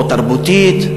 או תרבותית,